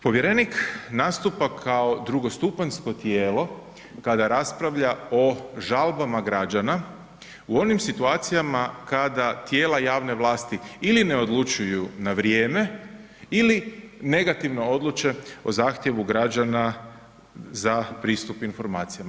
Povjerenik nastupa kao drugostupanjsko tijelo kada raspravlja o žalbama građana u onim situacijama kada tijela javne vlasti ili ne odlučuju na vrijeme ili negativno odluče o zahtjevu građana za pristup informacijama.